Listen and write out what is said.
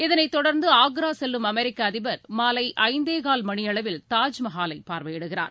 இதனைத்தொடர்ந்து ஆக்ரா செல்லும் அமெரிக்க அதிபர் மாலை ஐந்தேகால் மணியளவில் தாஜ்மகாலை பார்வையிடுகிறார்